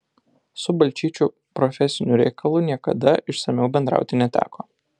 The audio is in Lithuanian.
su balčyčiu profesiniu reikalu niekada išsamiau bendrauti neteko